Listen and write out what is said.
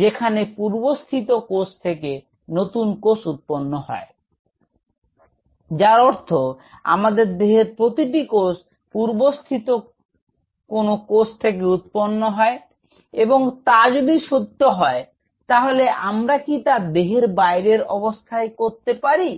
যেখানে পূর্বস্থিত কোষ থেকে নতুন কোষ উৎপন্ন হয় যার অর্থ আমাদের দেহের প্রতিটি কোষ পূর্বস্থিত কোনও কোষ থেকে উৎপন্ন হয় এবং তা যদি সত্য হয় তাহলে আমরা কি তা দেহের বাইরের অবস্থায় করতে পারি